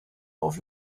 auf